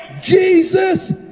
Jesus